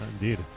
Indeed